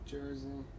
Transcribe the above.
Jersey